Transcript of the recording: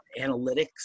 analytics